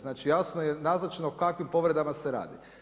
Znači, jasno je nazočno o kakvim povredama se radi.